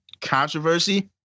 controversy